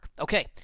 Okay